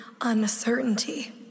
uncertainty